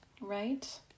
right